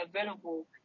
available